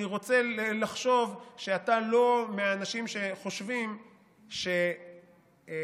אני רוצה לחשוב שאתה לא מהאנשים שחושבים שאפשר